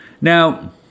Now